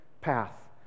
path